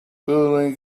berlin